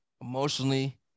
emotionally